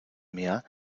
meer